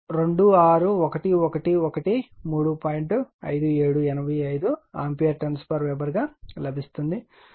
5785 ampere turns weber గా లభిస్తుంది